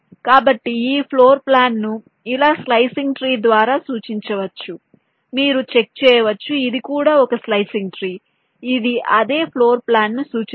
కాబట్టి ఈ ఫ్లోర్ ప్లాన్ను ఇలాంటి స్లైసింగ్ ట్రీ ద్వారా సూచించవచ్చు మీరు చెక్ చేయవచ్చు ఇది కూడా ఒక స్లైసింగ్ ట్రీ ఇది అదే ఫ్లోర్ ప్లాన్ను సూచిస్తుంది